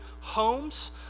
homes